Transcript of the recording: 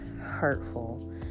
hurtful